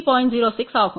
06 ஆகும்